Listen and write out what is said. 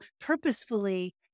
purposefully